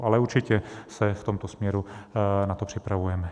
Ale určitě se v tomto směru na to připravujeme.